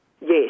Yes